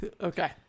Okay